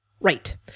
Right